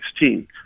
2016